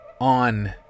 on